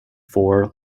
four